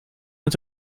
het